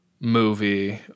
movie